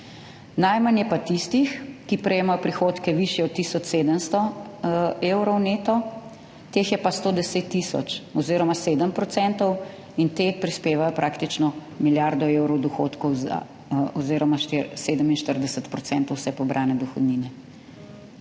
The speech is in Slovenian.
Najmanj je pa tistih, ki prejemajo prihodke višje od tisoč sedemsto evrov neto, teh je pa 110 tisoč oziroma 7 % in te prispevajo praktično milijardo evrov dohodkov za oziroma 47 % vse pobrane dohodnine.